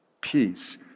peace